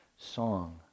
song